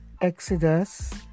Exodus